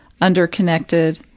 under-connected